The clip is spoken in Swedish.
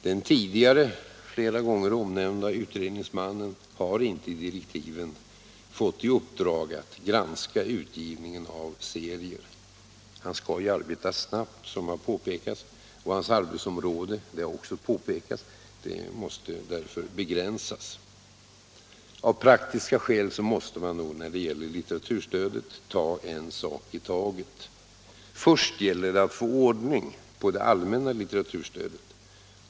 Den tidigare flera gånger omnämnde utredningsmannen har inte i direktiven direkt fått i uppdrag att granska utgivningen av serier. Han skall ju som påpekats arbeta snabbt, och hans arbetsområde måste därför begränsas. Av praktiska skäl måste vi när det gäller litteraturstödet ta en sak i taget. Först gäller det att få ordning på det allmänna litteraturstödet.